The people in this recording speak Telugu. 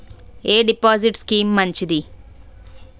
ఎ డిపాజిట్ స్కీం మంచిది?